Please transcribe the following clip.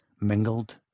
mingled